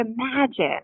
imagine